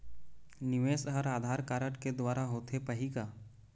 निवेश हर आधार कारड के द्वारा होथे पाही का?